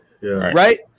Right